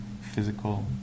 physical